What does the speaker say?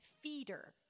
feeder